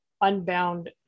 unbound